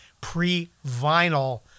pre-vinyl